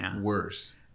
worse